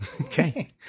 Okay